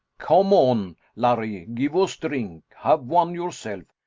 come on, larry. give us drink. have one yourself.